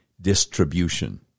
distribution